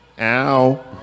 Ow